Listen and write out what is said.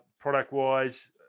Product-wise